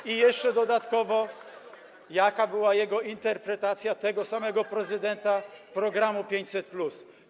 A jeszcze dodatkowo jaka była jego interpretacja, tego samego prezydenta, programu 500+?